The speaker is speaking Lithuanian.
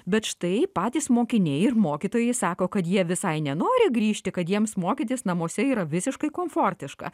bet štai patys mokiniai ir mokytojai sako kad jie visai nenori grįžti kad jiems mokytis namuose yra visiškai komfortiška